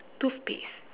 toothpaste